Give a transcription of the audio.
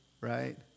right